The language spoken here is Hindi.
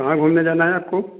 कहाँ घूमने जाना है आपको